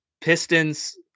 Pistons